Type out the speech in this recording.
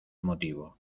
motivo